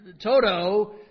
Toto